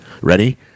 Ready